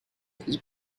has